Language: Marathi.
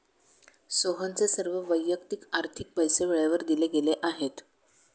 सोहनचे सर्व वैयक्तिक आर्थिक पैसे वेळेवर दिले गेले आहेत